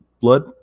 blood